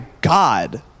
God